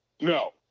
No